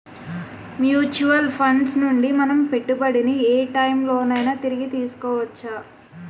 Mutual funds నుండి మన పెట్టుబడిని ఏ టైం లోనైనా తిరిగి తీసుకోవచ్చా?